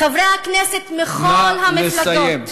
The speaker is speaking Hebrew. חברי הכנסת מכל המפלגות, נא לסיים.